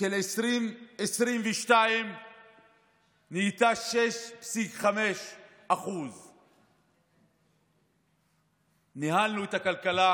של 2022 הייתה 6.5%. ניהלנו את הכלכלה